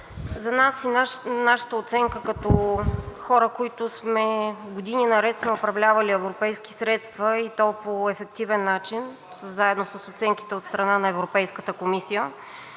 За нас и нашата оценка като хора, които години наред сме управлявали европейски средства, и то по ефективен начин, заедно с оценките от страна на Европейската комисия,